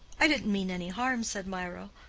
i didn't mean any harm, said mirah.